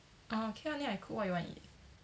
orh okay lah then I cook what you want eat